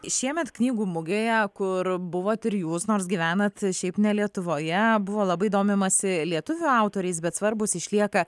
šiemet knygų mugėje kur buvot ir jūs nors gyvenat šiaip ne lietuvoje buvo labai domimasi lietuvių autoriais bet svarbūs išlieka